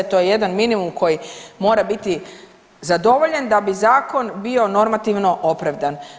To je jedan minimum koji mora biti zadovoljen da bi zakon bio normativno opravdan.